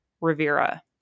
Rivera